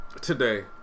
today